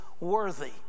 Worthy